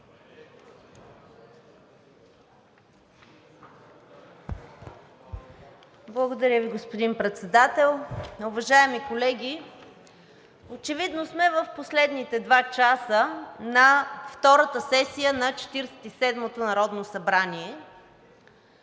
Благодаря Ви. Господин Председател. Уважаеми колеги! Очевидно сме в последните два часа на втората сесия на Четиридесет